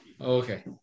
okay